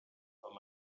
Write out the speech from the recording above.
for